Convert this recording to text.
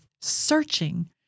searching